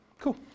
Cool